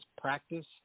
practice